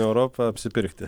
europą apsipirkti